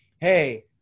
hey